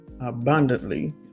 abundantly